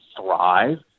thrive